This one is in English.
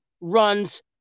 runs